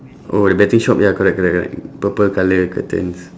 oh the betting shop ya correct correct correct purple colour curtains